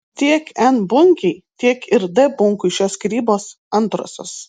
tiek n bunkei tiek ir d bunkui šios skyrybos antrosios